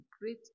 Great